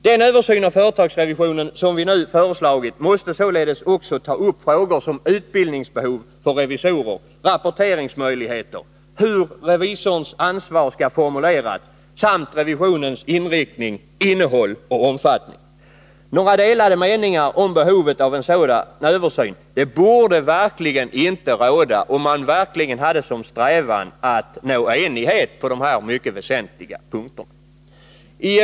Den översyn av företagsrevisionen som vi nu föreslagit måste således också ta upp frågor som utbildningsbehov för revisorer, rapporteringsmöjligheter, hur revisorns ansvar skall formuleras samt revisionens inriktning, innehåll och omfattning. Några delade meningar om behovet av en sådan översyn borde verkligen inte råda, om man hade som strävan att nå enighet på de här mycket väsentliga punkterna.